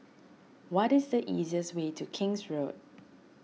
what is the easiest way to King's Road